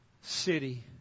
city